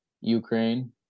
Ukraine